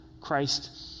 Christ